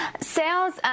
Sales